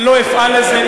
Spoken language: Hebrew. אני לא אפעל לזה,